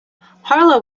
harlow